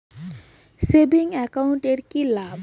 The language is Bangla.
সেভিংস একাউন্ট এর কি লাভ?